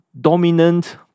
dominant